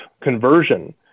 conversion